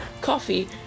coffee